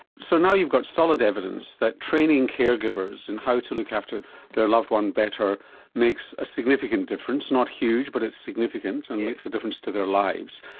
so now you've got solid evidence that training care givers in how to look after their loved one better makes a significant difference, not huge but it's significant and makes a difference to their lives.